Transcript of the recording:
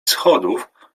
schodów